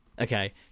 Okay